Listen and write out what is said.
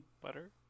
butter